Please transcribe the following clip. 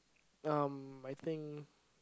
um I think